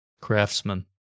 Craftsman